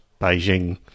Beijing